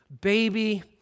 baby